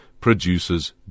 produces